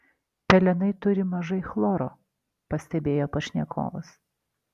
pelenai turi mažai chloro pastebėjo pašnekovas